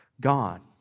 God